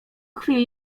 chwili